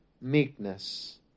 meekness